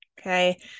okay